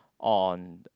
on